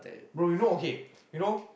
bro you know okay you know